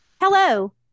Hello